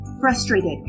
frustrated